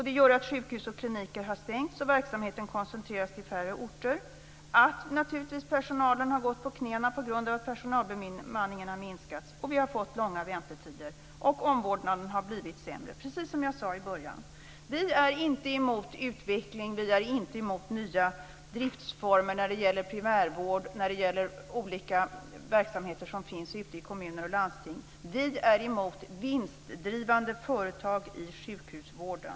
Det gör att sjukhus och kliniker har stängts och verksamheten koncentrerats till färre orter. Naturligtvis har personalen gått på knäna på grund av att personalbemanningen har minskats. Vi har fått långa väntetider, och omvårdnaden har blivit sämre. Det är precis som jag sade i början. Vi är inte emot utveckling och nya driftsformer för primärvård och olika verksamheter som finns ute i kommuner och landsting. Vi är emot vinstdrivande företag i sjukhusvården.